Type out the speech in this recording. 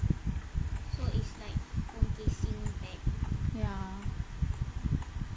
ya